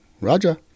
Raja